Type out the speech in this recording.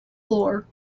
floor